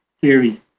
theory